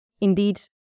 indeed